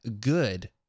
good